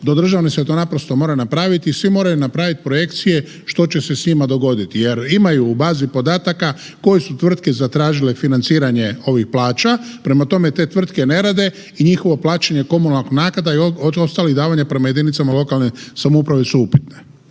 do državne se naprosto to mora napraviti, svi moraju napraviti projekcije što će se s njima dogoditi jer imaju u bazi podataka koje su tvrtke zatražile financiranje ovih plaća. Prema tome, te tvrtke ne rade i njihovo plaćanje komunalnih naknada i ostalih davanja prema jedinicama lokalne samouprave su upitne.